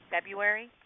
February